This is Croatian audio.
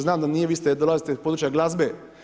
Znam da nije, vi dolazite iz područja glazbe.